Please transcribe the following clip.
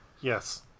Yes